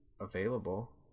available